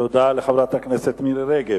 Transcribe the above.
תודה לחברת הכנסת מירי רגב.